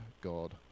God